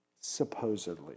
supposedly